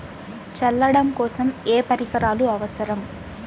చల్లడం కోసం ఏ పరికరాలు అవసరం?